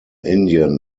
indian